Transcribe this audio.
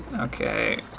Okay